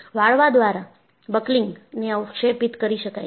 વાળવા દ્વારા બકલિંગને અવક્ષેપિત કરી શકાય છે